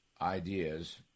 ideas